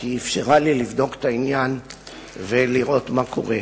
כי היא אפשרה לי לבדוק את העניין ולראות מה קורה.